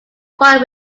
fire